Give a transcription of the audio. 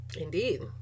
Indeed